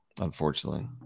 unfortunately